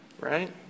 right